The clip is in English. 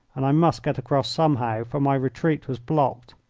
and i must get across somehow, for my retreat was blocked.